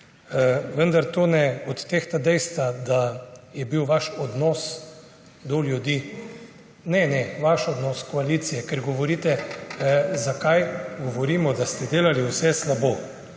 Vendar to ne odtehta dejstva, da je bil vaš odnos do ljudi …/ oglašanje iz dvorane/ Ne, ne, vaš odnos, koalicije, ker govorite, zakaj govorimo, da ste delali vse slabo.